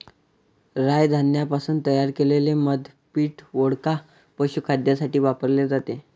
राय धान्यापासून तयार केलेले मद्य पीठ, वोडका, पशुखाद्यासाठी वापरले जाते